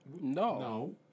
No